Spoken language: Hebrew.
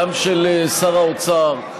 גם של שר האוצר,